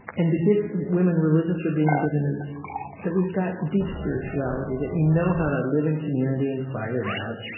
and the gifts women religious are being given is that we've got deep spirituality, that we know how to live in community and fight it out,